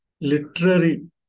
literary